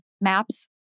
maps